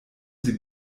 sie